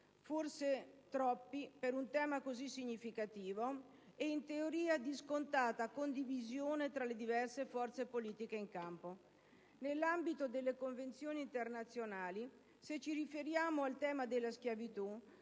forse troppi, per un tema così significativo e, in teoria, di scontata condivisione tra le diverse forze politiche in campo. Nell'ambito delle convenzioni internazionali, se ci riferiamo al tema della schiavitù